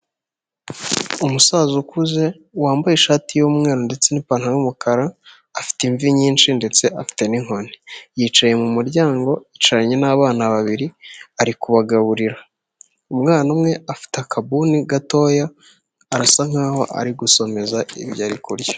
Umusaza ukuze, wambaye ishati y'umweru ndetse n'ipantaro y'umukara, afite imvi nyinshi ndetse afite n'inkoni. Yicaye mu muryango, yicaranye n'abana babiri ari kubagaburira. Umwana umwe afite akabuni gatoya, arasa nkaho ari gusomeza ibyo ari kurya.